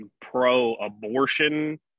pro-abortion